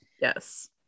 Yes